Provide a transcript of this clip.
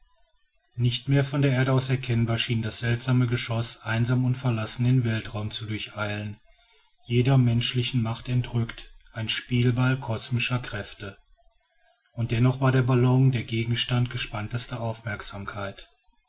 nicht mehr von der erde aus erkennbar schien das seltsame geschoß einsam und verlassen den weltraum zu durcheilen jeder menschlichen macht entrückt ein spielball kosmischer kräfte und dennoch war der ballon der gegenstand gespanntester aufmerksamkeit